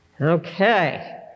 Okay